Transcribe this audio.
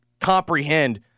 comprehend